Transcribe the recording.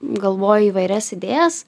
galvoju įvairias idėjas